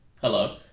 Hello